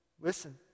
listen